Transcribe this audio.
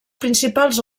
principals